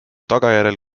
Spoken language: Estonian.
tagajärjel